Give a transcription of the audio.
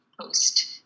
post